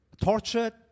tortured